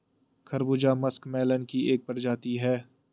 खरबूजा मस्कमेलन की एक प्रजाति है